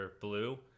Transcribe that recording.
Blue